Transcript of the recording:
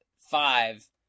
five